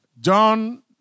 John